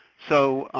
so,